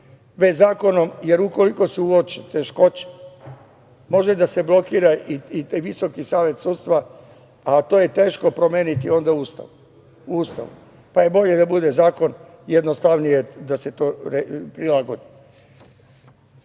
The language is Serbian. već zakonom, jer ukoliko se uoče teškoće, može da se blokira i taj Visoki savet sudstva, a to je teško promeniti onda u Ustavu, pa je bolje da bude zakonom, jednostavnije je da se to prilagodi. Lično